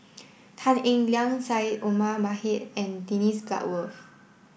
Tan Eng Liang Syed Omar Mohamed and Dennis Bloodworth